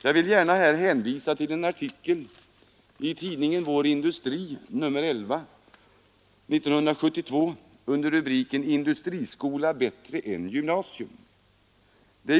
Jag vill gärna hänvisa till en artikel i tidningen Vår industri, nr 11 för år 1972, under rubriken ”Industriskola bättre än gymnasium”.